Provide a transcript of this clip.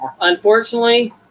unfortunately